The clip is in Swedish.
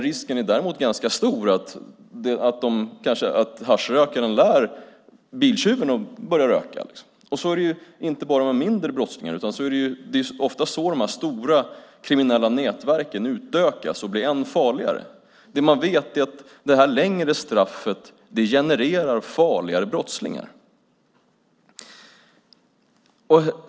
Risken är däremot ganska stor att haschrökaren lär biltjuven att röka. Så är det inte bara med brottslingar som har begått mindre brott utan det är ofta så de stora kriminella nätverken utökas och blir än farligare. Det man vet är att det längre straffet genererar farligare brottslingar.